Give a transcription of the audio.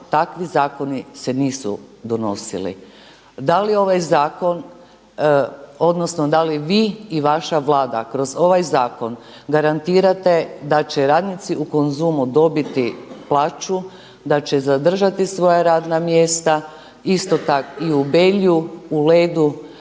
ovaj zakon odnosno da li vi i vaša Vlada kroz ovaj zakon garantirate da će radnici u Konzumu dobiti plaću, da će zadržati svoja radna mjesta isto tako i u Belju, u Ledu,